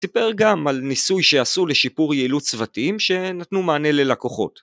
סיפר גם על ניסוי שעשו לשיפור יעילות צוותיים שנתנו מענה ללקוחות.